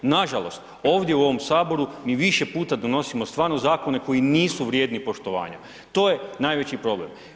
Nažalost, ovdje u ovom Saboru mi više puta donosimo stvarno zakone koji nisu vrijedni poštovanja, to je najveći problem.